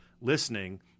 listening